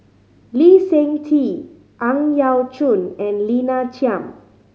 Lee Seng Tee Ang Yau Choon and Lina Chiam